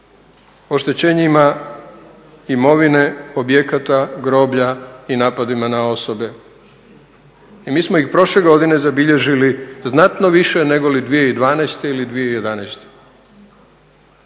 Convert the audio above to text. i oštećenjima imovine, objekata, groblja i napadima na osobe. I mi smo ih prošle godine zabilježili znatno više negoli 2012. ili 2011.